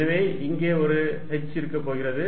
எனவே இங்கே 1 h இருக்கப்போகிறது